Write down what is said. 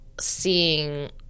seeing